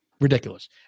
ridiculous